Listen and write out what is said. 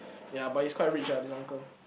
ya but he's quite rich ah this uncle